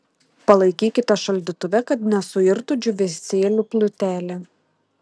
palaikykite šaldytuve kad nesuirtų džiūvėsėlių plutelė